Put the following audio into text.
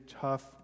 tough